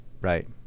Right